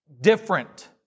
different